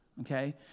okay